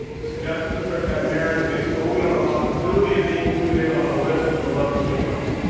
to suggest that the script had merit, based solely on the possibility of being included on a list of beloved screenplays.